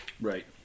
Right